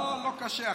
לא, לא קשה.